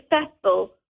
successful